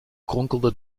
kronkelde